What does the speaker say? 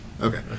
Okay